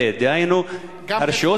כולנו ראינו את הפרסומים בעיתונות שאותם אסירים